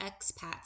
expats